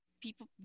people